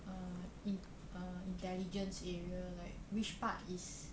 err in err intelligence area like which part is